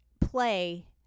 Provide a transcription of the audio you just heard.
play